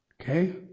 Okay